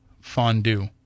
fondue